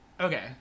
okay